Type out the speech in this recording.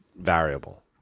variable